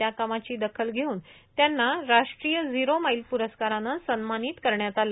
त्याकामाची दखल घेऊन त्यांना राष्ट्रीय झीरो माईल प्रस्काराने सन्मानित करण्यात आलं